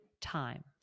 time